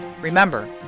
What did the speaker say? Remember